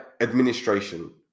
Administration